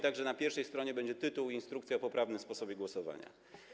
Tak że na pierwszej stronie będzie tytuł i instrukcja o poprawnym sposobie głosowania.